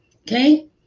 Okay